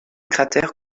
cratères